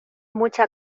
mucha